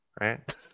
right